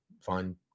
fine